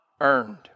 earned